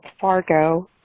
Fargo